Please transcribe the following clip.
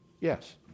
Yes